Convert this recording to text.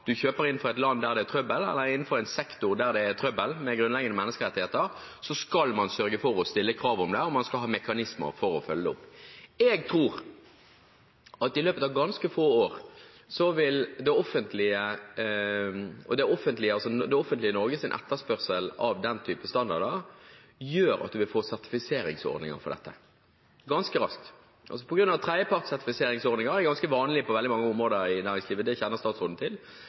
for at man kjøper inn fra et land eller innenfor en sektor der det er trøbbel med grunnleggende menneskerettigheter, skal man sørge for å stille krav om det, og man skal ha mekanismer for å følge det opp. Jeg tror at i løpet av ganske få år vil det offentlige Norges etterspørsel etter den typen standarder gjøre at man vil få sertifiseringsordninger for dette, ganske raskt, på grunn av at tredjepartssertifiseringsordninger er ganske vanlige på veldig mange områder i næringslivet. Det kjenner statsråden til.